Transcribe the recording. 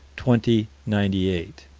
twenty ninety eight.